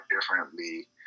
differently